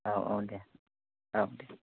औ औ दे औ दे